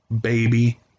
baby